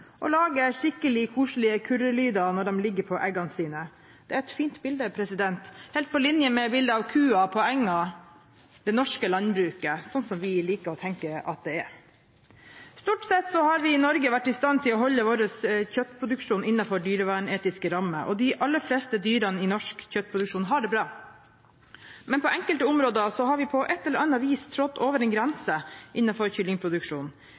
skikkelig koselige kurrelyder når de ligger på eggene sine. Det er et fint bilde, helt på linje med bildet av kua på engen, det norske landbruket sånn som vi liker å tenke at det er. Stort sett har vi i Norge vært i stand til å holde vår kjøttproduksjon innenfor dyrevernetiske rammer, og de aller fleste dyrene i norsk kjøttproduksjon har det bra. Men på enkelte områder har vi på et eller annet vis trådt over en grense innenfor